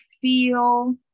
feel